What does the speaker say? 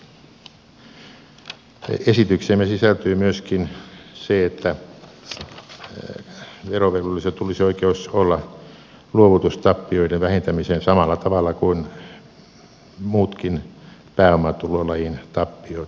esitykseemme sisältyy myöskin se että verovelvollisella tulisi olla oikeus luovutustappioiden vähentämiseen samalla tavalla kuin muutkin pääomatulolajin tappiot vähennetään